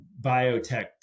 biotech